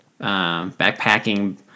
backpacking